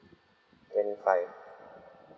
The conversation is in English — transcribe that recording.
twenty five